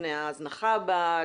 לפני ההזנחה הבאה,